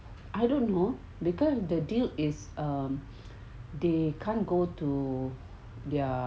I don't know because the deal is um they can't go to their